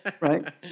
Right